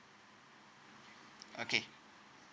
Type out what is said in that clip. okay